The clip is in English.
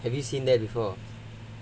have you seen that before